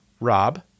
Rob